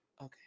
okay